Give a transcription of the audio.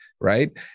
Right